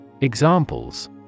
Examples